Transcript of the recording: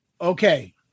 Okay